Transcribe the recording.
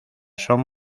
son